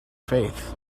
faith